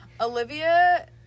Olivia